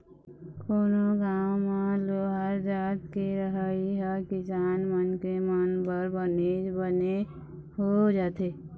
कोनो गाँव म लोहार जात के रहई ह किसान मनखे मन बर बनेच बने हो जाथे